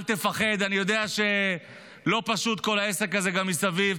אל תפחד, אני יודע שלא פשוט כל העסק הזה מסביב.